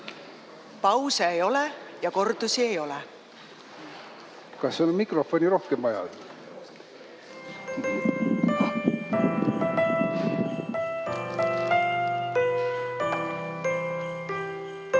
Pause ei ole ja kordusi ei ole. Kas on mikrofone rohkem vaja?